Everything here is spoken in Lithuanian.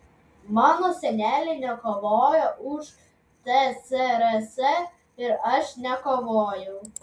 mano seneliai nekovojo už tsrs ir aš nekovojau